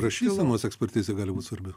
rašysenos ekspertizė gali būt svarbi